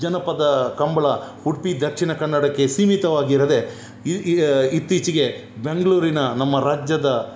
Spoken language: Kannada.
ಜನಪದ ಕಂಬಳ ಉಡುಪಿ ದಕ್ಷಿಣ ಕನ್ನಡಕ್ಕೆ ಸೀಮಿತವಾಗಿರದೆ ಇತ್ತೀಚೆಗೆ ಬೆಂಗಳೂರಿನ ನಮ್ಮ ರಾಜ್ಯದ